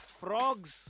frogs